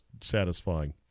satisfying